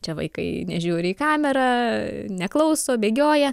čia vaikai nežiūri į kamerą neklauso bėgioja